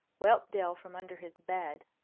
whelpdale from under his bed.